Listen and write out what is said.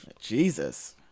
Jesus